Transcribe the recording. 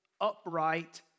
upright